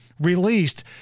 released